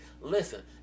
Listen